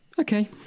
Okay